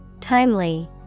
Timely